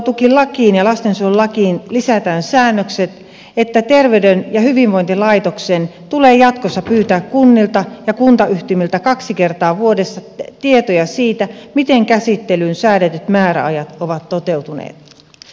toimeentulotukilakiin ja lastensuojelulakiin lisätään säännökset että terveyden ja hyvinvoinnin laitoksen tulee jatkossa pyytää kunnilta ja kuntayhtymiltä kaksi kertaa vuodessa tietoja siitä miten käsittelyyn säädetyt määräajat ovat toteutuneet